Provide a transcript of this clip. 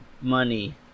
Money